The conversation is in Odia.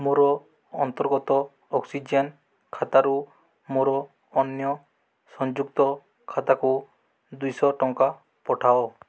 ମୋର ଅନ୍ତର୍ଗତ ଅକ୍ସିଜେନ୍ ଖାତାରୁ ମୋର ଅନ୍ୟ ସଂଯୁକ୍ତ ଖାତାକୁ ଦୁଇଶହ ଟଙ୍କା ପଠାଅ